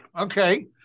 Okay